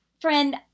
Friend